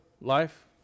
life